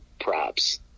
props